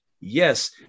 yes